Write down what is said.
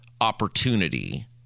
opportunity